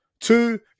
Two